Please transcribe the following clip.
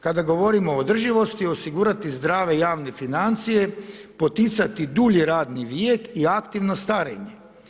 Kada govorimo o održivosti, osigurati zdrave javne financije, poticati dulji radni vijek i aktivno starenje.